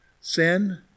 Sin